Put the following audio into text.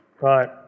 Right